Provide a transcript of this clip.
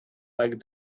like